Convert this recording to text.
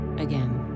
again